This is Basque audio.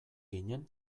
ginen